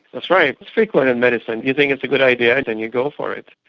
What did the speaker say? that's right, it's frequent in medicine. you think it's a good idea and then you go for it.